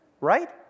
right